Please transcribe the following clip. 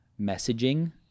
messaging